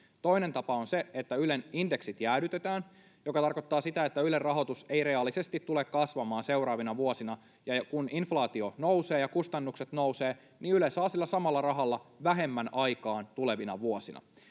Toinen tapa on se, että Ylen indeksit jäädytetään, mikä tarkoittaa sitä, että Ylen rahoitus ei reaalisesti tule kasvamaan seuraavina vuosina, ja kun inflaatio nousee ja kustannukset nousevat, niin Yle saa sillä samalla rahalla vähemmän aikaan tulevina vuosina.